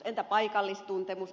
entä paikallistuntemus